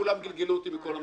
כולם גלגלו אותי מכל המדרגות.